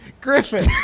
Griffin